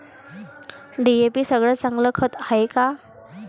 DAP सगळ्यात चांगलं खत हाये का?